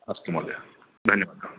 अस्तु महोदय धन्यवादः